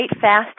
fast